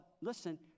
listen